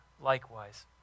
likewise